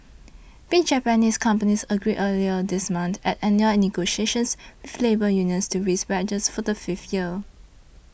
big Japanese companies agreed earlier this month at annual negotiations with labour unions to raise wages for a fifth year